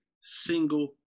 single